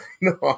No